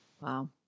Wow